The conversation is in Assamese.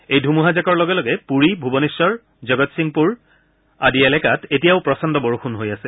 এই ধুমুহাজাকৰ লগে লগে পুৰী ভূৱনেখৰ জগতসিংপুৰ আদি এলেকাত এতিয়াও প্ৰচণ্ড বৰষুণ হৈ আছে